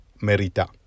Merita